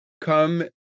come